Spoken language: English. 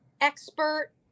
expert